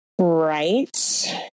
right